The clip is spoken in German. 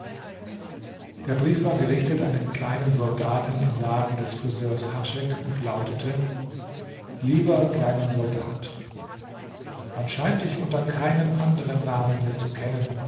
der brief war gerichtet an den kleinen soldaten im laden des friseurs haschek und lautete lieber kleiner soldat man scheint dich unter keinem anderen namen hier zu kennen